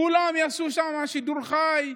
כולם יעשו שם שידור חי: